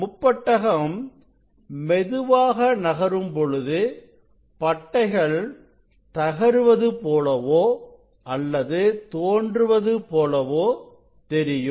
முப்பட்டகம் மெதுவாக நகரும் பொழுது பட்டைகள் தகருவது போலவோ அல்லது தோன்றுவது போலவோ தெரியும்